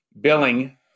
billing